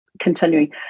continuing